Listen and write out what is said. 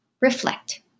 reflect